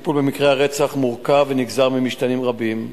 הטיפול במקרי הרצח מורכב ונגזר ממשתנים רבים.